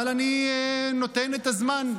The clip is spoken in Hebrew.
אבל אני נותן את הזמן.